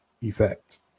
effect